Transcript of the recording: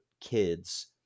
Kids